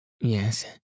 Yes